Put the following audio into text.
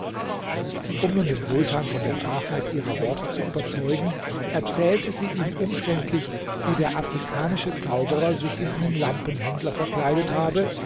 um nun den sultan von der wahrheit ihrer worte zu überzeugen erzählte sie ihm umständlich wie der afrikanische zauberer sich in einen lampenhändler verkleidet habe